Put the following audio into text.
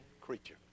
creature